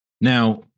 Now